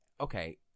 okay